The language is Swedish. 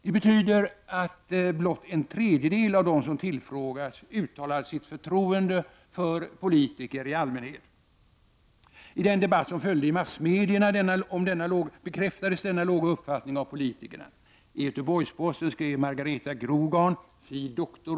Det betyder att blott en tredjedel av dem som tillfrågats uttalade sitt förtroende för politiker i allmänhet. I den debatt som följde i massmedierna bekräftades denna låga uppfattning om politikerna. I Göteborgs-Posten skrev Margareta Grogarn, fil. dr.